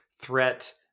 threat